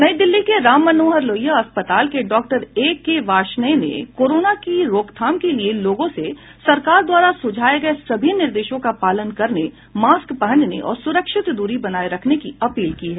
नई दिल्ली के राममनोहर लोहिया अस्पताल के डॉ ए के वार्ष्णेय ने कोरोना की रोकथाम के लिए लोगों से सरकार द्वारा सुझाये गये सभी निर्देशों का पालन करने मास्क पहनने और सुरक्षित दूरी बनाए रखने की अपील की है